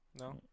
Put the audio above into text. No